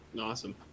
Awesome